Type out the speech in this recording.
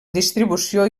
distribució